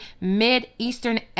Mid-Eastern